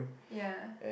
ya